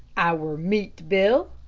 our meat bill,